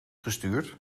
gestuurd